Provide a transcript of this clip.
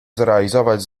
zrealizować